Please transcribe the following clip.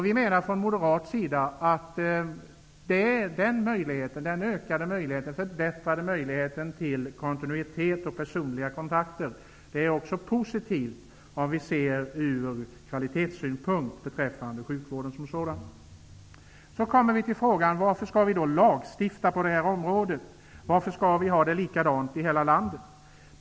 Vi moderater menar att den förbättrade möjligheten till kontinuitet och personliga kontakter är positiv, sett från kvalitetssynpunkt när det gäller sjukvården som sådan. Varför skall man då lagstifta på detta område? Varför skall det vara likadant i hela landet?